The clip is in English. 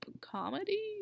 comedy